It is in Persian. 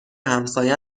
همساین